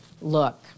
Look